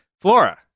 Flora